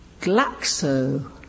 Glaxo